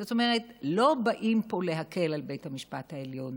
זאת אומרת, לא באים פה להקל על בית המשפט העליון.